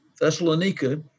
Thessalonica